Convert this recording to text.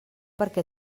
perquè